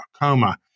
coma